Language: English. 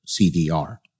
CDR